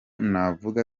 navuga